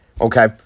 Okay